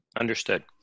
Understood